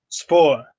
Sport